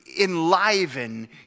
enliven